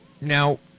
Now